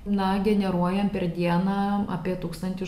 na generuojam per dieną apie tūkstantį žmonių